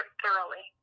thoroughly